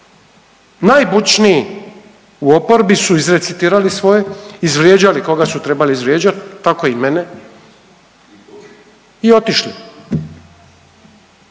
Najbučniji u oporbi su izrecitirali svoje, izvrijeđali koga su trebali izvrijeđati tako i mene i otišli